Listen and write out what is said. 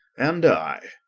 and i